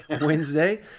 Wednesday